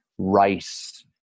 rice